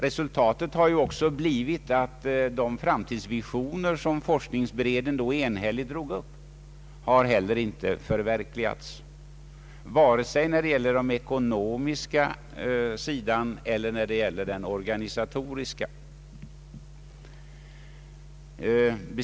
Resultatet har också blivit att de visioner som forskningsberedningen drog upp inte har förverkligats, i vare sig ekonomiskt eller organisatoriskt hänseende.